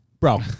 Bro